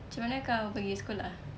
macam mana kau pergi sekolah